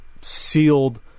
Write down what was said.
sealed